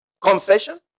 confession